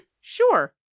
Sure